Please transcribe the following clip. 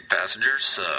passengers